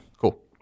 Cool